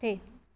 मथे